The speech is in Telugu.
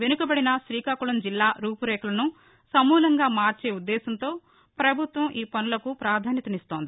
వెనుకబడిన శ్రీకాకుళం జిల్లా రూపురేఖలను సమూలంగా మార్చే ఉద్దేశంతో పభుత్వం ఈ పనులకు పాధాన్యతనిస్తోంది